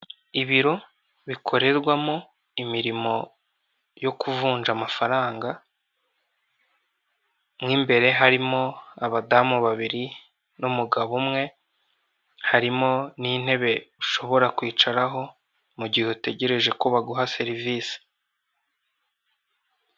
Ibiro bikorerwamo imirimo yo kuvunja amafaranga, mo imbere harimo abadamu babiri n'umugabo umwe, harimo n'intebe ushobora kwicaraho mu gihe utegereje ko baguha serivisi.